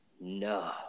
no